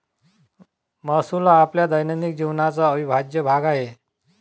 महसूल हा आपल्या दैनंदिन जीवनाचा अविभाज्य भाग आहे